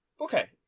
Okay